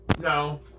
No